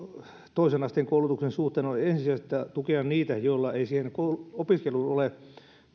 toisen asteen koulutuksen suhteen on ensisijaista tukea niitä joilla ei siihen opiskeluun ole